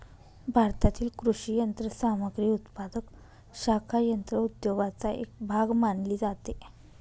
भारतातील कृषी यंत्रसामग्री उत्पादक शाखा यंत्र उद्योगाचा एक भाग मानली जाते